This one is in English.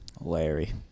Larry